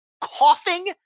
coughing